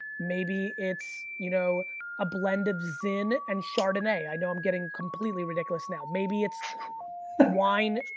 maybe it's you know a blend of zinn and chardonnay. i know i'm getting completely ridiculous now, maybe it's ah wine,